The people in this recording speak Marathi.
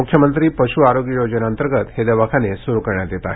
मुख्यमंत्री पशु आरोग्य योजनेअंतर्गत हे दवाखाने सुरू करण्यात येत आहेत